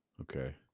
Okay